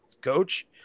coach